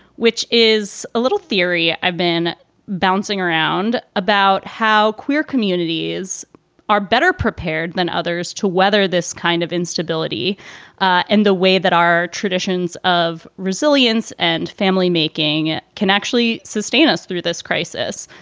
which is a little theory i've been bouncing around about how queer communities are better prepared than others to weather this kind of instability and the way that our traditions of resilience and family making it can actually sustain us through this crisis.